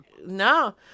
no